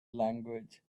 language